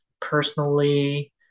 personally